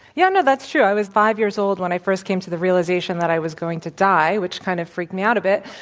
yeah, no. that's true. i was five years old when i first came to the realization that i was going to die, which kind of freaked me out a bit.